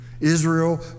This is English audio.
Israel